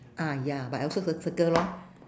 ah ya but I also cir~ circle lor